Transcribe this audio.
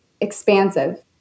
expansive